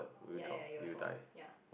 ya ya ya you will fall